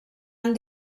han